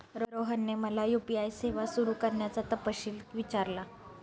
रोहनने मला यू.पी.आय सेवा सुरू करण्याचा तपशील विचारला